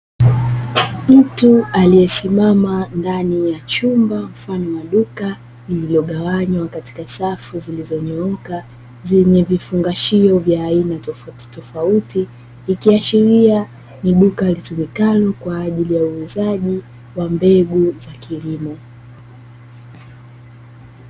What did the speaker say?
Mtu aliyesimama ndani ya chumba mfano wa duka, lililogawanywa katika safu zilizonyooka, zenye vifungashio vya aina tofautitofauti, ikiashiria ni duka litumikalo kwa ajili ya uuzaji wa mbegu za kilimo.